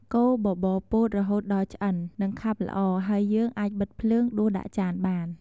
កូរបបរពោតរហូតដល់ឆ្អិន និងខាប់ល្អ ហើយយើងអាចបិទភ្លើង ដួសដាក់ចានបាន។